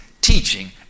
teaching